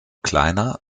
kleiner